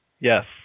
yes